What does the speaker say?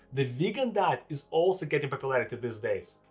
the vegan diet is also getting popularity these days.